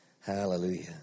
Hallelujah